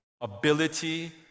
ability